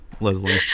Leslie